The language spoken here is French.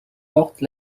portent